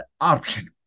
option